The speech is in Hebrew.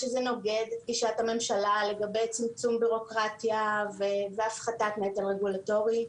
שזה נוגד את גישת הממשלה לגבי צמצום בירוקרטיה והפחתת נטל רגולטורי,